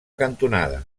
cantonada